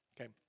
Okay